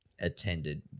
attended